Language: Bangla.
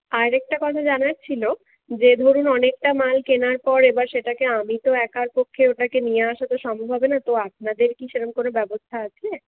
আর একটা কথা জানার ছিল যে ধরুন অনেকটা মাল কেনার পর এবার সেটাকে আমি তো একার পক্ষে ওটাকে নিয়ে আসা তো সম্ভব না তো আপনাদের কি সেরকম কোন ব্যবস্থা আছে